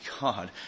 God